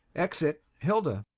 exit hilda